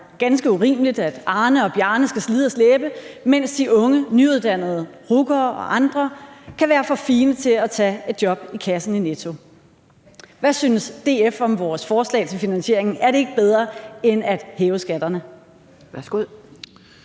ganske urimeligt, at Arne og Bjarne skal slide og slæbe, mens de unge nyuddannede RUC'ere og andre kan være for fine til at tage et job ved kassen i Netto. Hvad synes DF om vores forslag til finansieringen? Er det ikke bedre end at hæve skatterne?